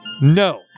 No